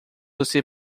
você